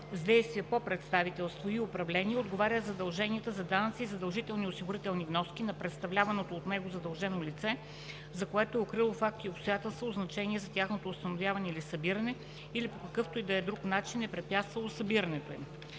с действия по представителство и управление отговаря за задълженията за данъци и задължителни осигурителни вноски на представляваното от него задължено лице, за които е укрило факти и обстоятелства от значение за тяхното установяване или събиране, или по какъвто и да е друг начин е препятствало събирането им.”